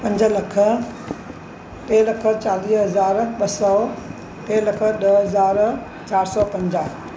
पंज लख टे लख चालीह हज़ार ॿ सौ टे लख ॾह हज़ार चारि सौ पंजाहु